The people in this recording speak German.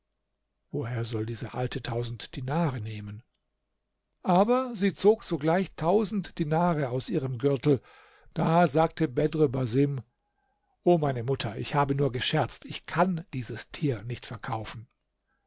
woher soll diese alte tausend dinare nehmen aber sie zog sogleich tausend dinare aus ihrem gürtel da sagte bedr basim o meine mutter ich habe nur gescherzt ich kann dieses tier nicht verkaufen